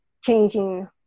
changing